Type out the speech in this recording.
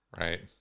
right